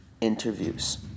interviews